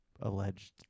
alleged